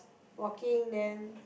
walking then